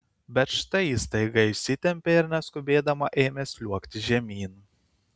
bet štai ji staiga išsitempė ir neskubėdama ėmė sliuogti žemyn